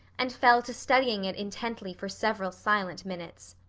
and fell to studying it intently for several silent minutes.